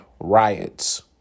riots